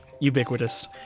Ubiquitous